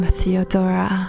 Theodora